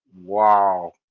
Wow